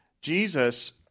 Jesus